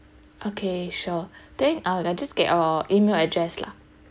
okay sure then uh I'll just get uh email address lah